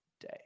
day